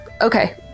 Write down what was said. Okay